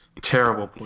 Terrible